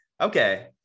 Okay